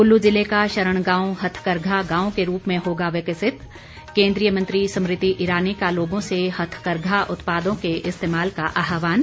कुल्लू जिले का शरण गांव हथकरघा गांव के रूप में होगा विकसित केन्द्रीय मंत्री स्मृति ईरानी का लोगों से हथकरघा उत्पादों के इस्तेमाल का आहवान